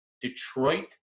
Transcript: Detroit